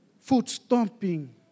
foot-stomping